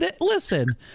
listen